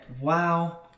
wow